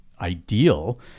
ideal